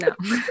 No